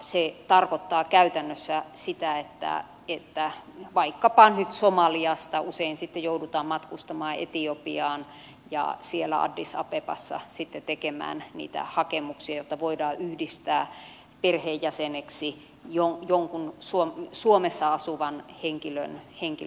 se tarkoittaa käytännössä sitä että vaikkapa somaliasta usein joudutaan matkustamaan etiopiaan ja siellä addis abebassa sitten tekemään niitä hakemuksia jotta voidaan yhdistää perheenjäseneksi jonkun suomessa asuvan henkilön kanssa